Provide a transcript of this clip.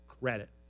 credit